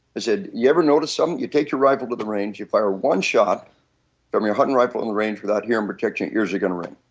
i said you ever noticed them, you take your rifle to the range, you fire one shot from your hunting rifle in the range, without ear and protection, your ears are going to ring.